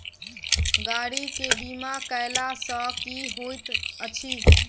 गाड़ी केँ बीमा कैला सँ की होइत अछि?